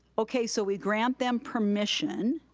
okay so we grant them permission,